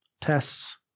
Tests